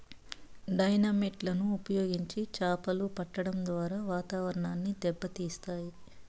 dynamite లను ఉపయోగించి చాపలు పట్టడం ద్వారా వాతావరణాన్ని దెబ్బ తీస్తాయి